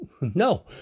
No